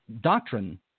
doctrine